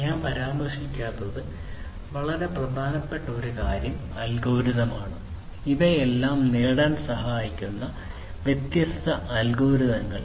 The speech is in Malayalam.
ഞാൻ പരാമർശിക്കാത്ത വളരെ പ്രധാനപ്പെട്ട ഒരു കാര്യം അൽഗോരിതം ആണ് ഇവയെല്ലാം നേടാൻ സഹായിക്കുന്ന വ്യത്യസ്ത അൽഗോരിതങ്ങൾ